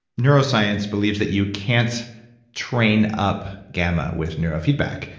neuroscience believes that you can't train up gamma with neurofeedback.